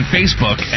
Facebook